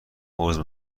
عذر